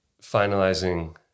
finalizing